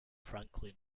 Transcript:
franklin